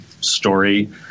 story